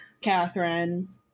Catherine